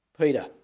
Peter